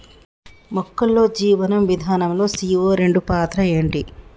మొక్కల్లో జీవనం విధానం లో సీ.ఓ రెండు పాత్ర ఏంటి?